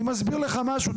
אני מסביר לך משהו,